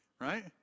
right